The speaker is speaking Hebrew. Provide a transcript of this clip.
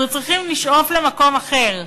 אנחנו צריכים לשאוף למקום אחר,